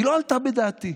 היא לא עלתה בדעתי,